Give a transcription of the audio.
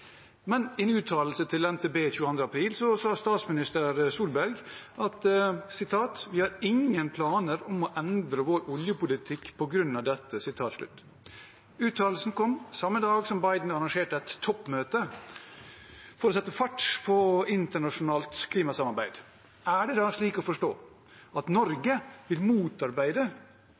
Men i en uttalelse til NTB 22. april sa statsminister Erna Solberg at «vi har ingen planer om å endre vår oljepolitikk på grunn av dette». Uttalelsen kom samme dag som Biden arrangerte et toppmøte for å sette fart på internasjonalt klimasamarbeid. Er det slik å forstå at Norge vil motarbeide